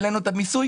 העלינו את המיסוי,